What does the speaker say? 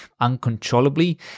uncontrollably